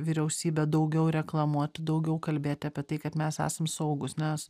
vyriausybę daugiau reklamuoti daugiau kalbėti apie tai kad mes esam saugūs nes